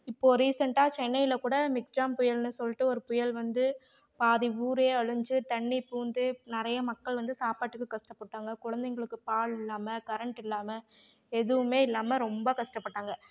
இப்போது ரீசெண்டாக சென்னையில் கூட மிக்ஜாம் புயல்னு சொல்லிட்டு ஒரு புயல் வந்து பாதி ஊரே அழிஞ்சு தண்ணி பூந்து நிறைய மக்கள் வந்து சாப்பாட்டுக்கு கஷ்டப்பட்டாங்க குழந்தைங்களுக்கு பால் இல்லாமல் கரண்ட் இல்லாமல் எதுவுமே இல்லாமல் ரொம்ப கஷ்டப்பட்டாங்க